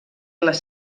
les